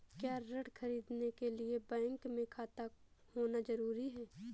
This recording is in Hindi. क्या ऋण ख़रीदने के लिए बैंक में खाता होना जरूरी है?